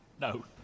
No